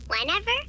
whenever